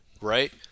right